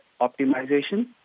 optimization